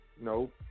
No